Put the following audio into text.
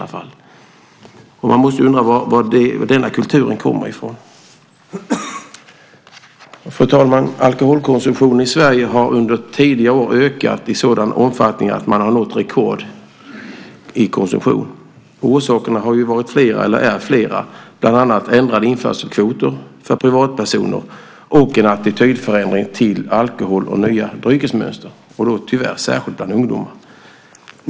Man måste undra varifrån denna kultur kommer. Fru talman! Alkoholkonsumtionen i Sverige har under tidigare år ökat i en sådan omfattning att rekord i konsumtion har nåtts. Orsakerna är flera, bland annat ändrade införselkvoter för privatpersoner och en ändrad attityd till alkohol och nya dryckesmönster - tyvärr särskilt bland ungdomar.